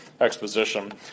exposition